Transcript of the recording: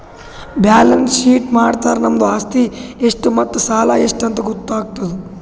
balance sheet ಮಾಡುರ್ ನಮ್ದು ಆಸ್ತಿ ಎಷ್ಟ್ ಮತ್ತ ಸಾಲ ಎಷ್ಟ್ ಅಂತ್ ಗೊತ್ತಾತುದ್